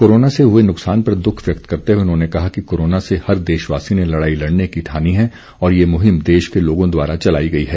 corona से हुए नुकसान पर दुख व्यक्त करते हुए उन्होंने कहा कि कोरोना से हर देशवासी ने लड़ाई लड़ने की ठानी है और ये मुहिम देश के लोगों द्वारा चलाई गई है